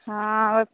हँ